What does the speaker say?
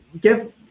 give